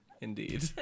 Indeed